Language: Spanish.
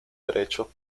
derecho